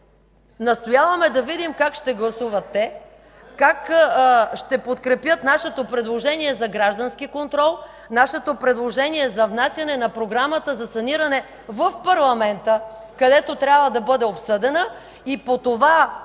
Настояваме да видим как ще гласуват те, как ще подкрепят нашето предложение за граждански контрол, нашето предложение за внасяне на програмата за саниране в парламента, където трябва да бъде обсъдена, и по това